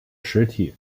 实体